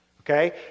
Okay